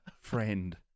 Friend